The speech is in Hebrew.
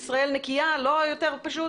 "ישראל נקייה" לא יותר פשוט?